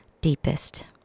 deepest